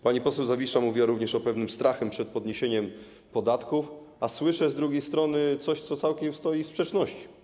Pani poseł Zawisza mówiła również o pewnym strachu przed podniesieniem podatków, a słyszę z drugiej strony coś, co stoi z tym całkiem w sprzeczności.